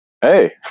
Hey